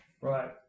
right